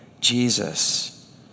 Jesus